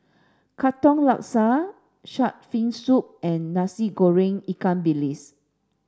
Katong Laksa Shark Fin Soup and Nasi Goreng Ikan Bilis